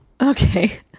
okay